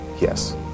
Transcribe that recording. Yes